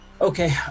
Okay